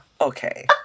okay